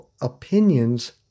opinions